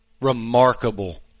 remarkable